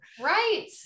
Right